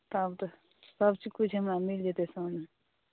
तब तऽ सभ किछु मिल जेतै हमरा सङ्गहि